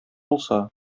булса